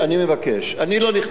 אני לא נכנסתי,